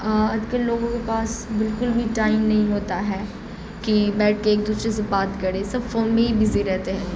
آج کل لوگوں کے پاس بالکل بھی ٹائم نہیں ہوتا ہے کہ بیٹھ کے ایک دوسرے سے بات کرے سب فون میں ہی بزی رہتے ہیں